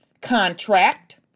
contract